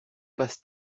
passe